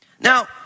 Now